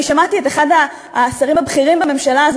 שמעתי את אחד השרים הבכירים בממשלה הזאת